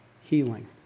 healing